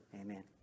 Amen